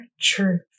truth